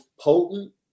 potent